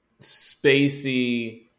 spacey